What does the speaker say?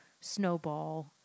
snowball